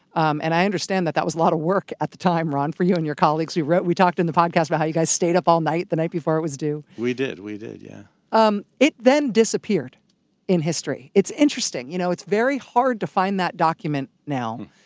um and i understand that that was a lot of work at the time, ron, for you and your colleagues who wrote. we talked in the podcast about how you guys stayed up all night the night before it was due we did. we did, yeah um it then disappeared in history. it's interesting. you know, it's very hard to find that document now.